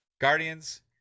Guardians